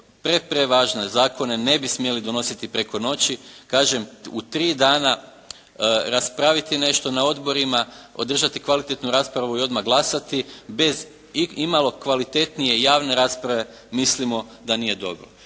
pre-prevažne zakone ne bi smjeli donositi preko noći. Kažem, u tri dana raspraviti nešto na odborima, održati kvalitetnu raspravu i odmah glasati bez imalo kvalitetnije javne rasprave mislimo da nije dobro.